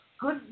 Good